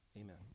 Amen